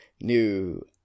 new